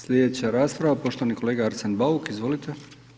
Slijedeća rasprava poštovani kolega Arsen Bauk, izvolite.